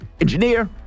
engineer